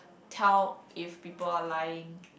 tell if people are lying